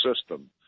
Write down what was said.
System